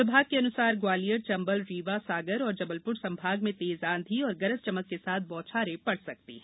विभाग के अनुसार ग्वालियर चंबल रीवा सागर और जबलपुर संभाग में तेज आंधी और गरज चमक के साथ बौछारें पड़ सकती है